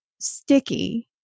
sticky